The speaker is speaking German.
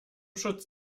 schutz